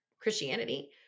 Christianity